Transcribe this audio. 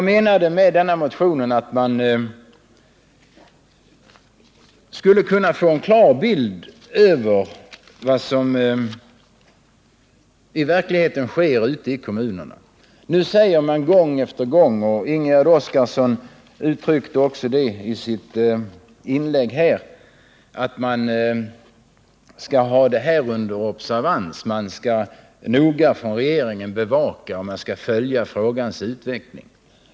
Syftet med denna motion var att få en klar bild över vad som i verkligheten sker ute i kommunerna. Nu säger man gång efter gång -— Ingegärd Oskarsson sade det också i sitt inlägg — att regeringen skall ha detta under observans, att den noga skall bevaka och följa frågans utveckling.